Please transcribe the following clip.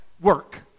work